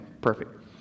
perfect